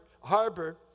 Harbor